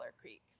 Creek